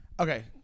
Okay